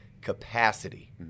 capacity